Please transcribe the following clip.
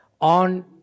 on